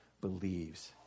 believes